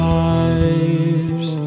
lives